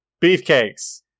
Beefcakes